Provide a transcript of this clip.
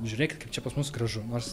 žiūrėkit čia pas mus gražumas